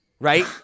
right